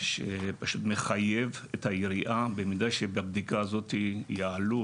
שמחייב את העירייה במידה שבבדיקה הזאת יעלו